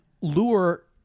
lure